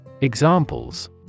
Examples